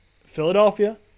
Philadelphia